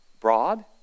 Broad